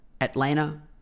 Atlanta